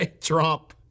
Trump